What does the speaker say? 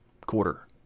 quarter